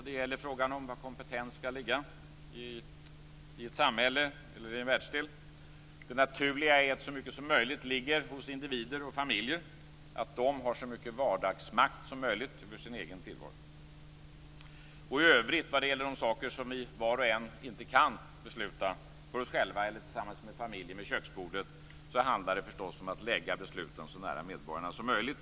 Det gäller frågan om var kompetens skall ligga i ett samhälle eller i en världsdel. Det naturliga är att så mycket som möjligt ligger hos individer och familjer, att de har så mycket vardagsmakt över sin egen tillvaro som möjligt. När det gäller saker som var och en inte kan besluta om själva eller tillsammans med familjen vid köksbordet handlar det förstås om att lägga besluten så nära medborgarna som möjligt.